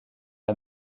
l’a